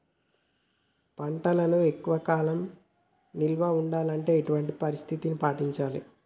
పంటలను ఎక్కువ కాలం నిల్వ ఉండాలంటే ఎటువంటి పద్ధతిని పాటించాలే?